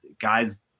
guys